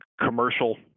commercial